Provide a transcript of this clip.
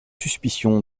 suspicion